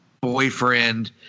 boyfriend